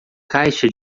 caixa